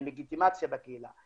מלגיטימציה בקהילה.